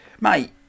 Mate